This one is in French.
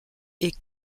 est